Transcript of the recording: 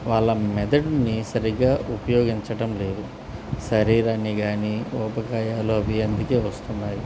వాళ్ళ మెదడుని సరిగ్గా ఉపయోగించటం లేదు శరీరాన్ని కాని ఊబకాయాలు అవి అందుకే వస్తున్నాయి